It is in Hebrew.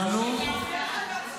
ביום שני הצבעה.